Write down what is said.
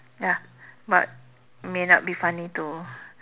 ya but may not be funny to